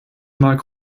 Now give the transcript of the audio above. mag